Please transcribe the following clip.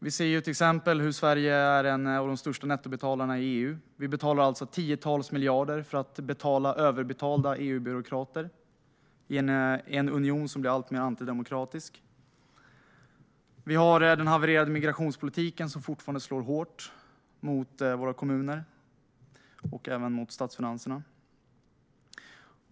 Vi ser till exempel hur Sverige är en av de största nettobetalarna i EU. Vi betalar tiotals miljarder för att betala överbetalda EU-byråkrater i en union som blir alltmer antidemokratisk. Vi har den havererade migrationspolitiken, som fortfarande slår hårt mot våra kommuner och mot statsfinanserna.